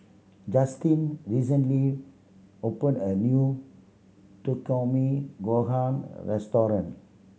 Justin recently opened a new Takikomi Gohan Restaurant